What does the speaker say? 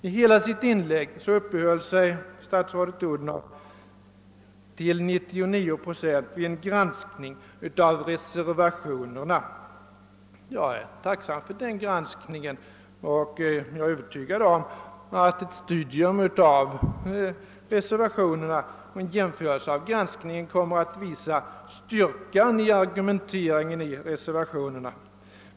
I sitt inlägg uppehöll sig statsrådet Odhnoff till 99 procent vid en granskning av reservationerna. Jag är tacksam för denna granskning, och jag är övertygad om att ett studium av reservationerna kommer att visa styrkan i:reservanternas argumentering.